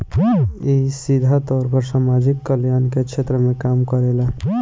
इ सीधा तौर पर समाज कल्याण के क्षेत्र में काम करेला